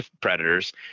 predators